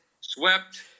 swept